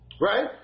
right